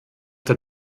der